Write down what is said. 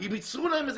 והם ייצרו מודל